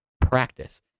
practice